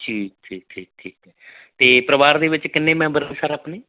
ਠੀਕ ਠੀਕ ਠੀਕ ਠੀਕ ਹੈ ਅਤੇ ਪਰਿਵਾਰ ਦੇ ਵਿੱਚ ਕਿੰਨੇ ਮੈਂਬਰ ਸਰ ਆਪਣੇ